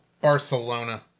Barcelona